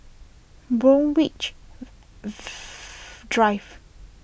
Borthwick Drive